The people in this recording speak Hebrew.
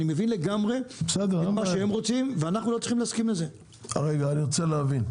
אני רוצה להבין: